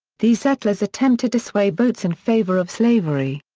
these settlers attempted to sway votes in favor of slavery.